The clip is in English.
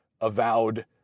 avowed